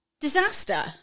Disaster